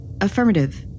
Affirmative